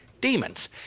demons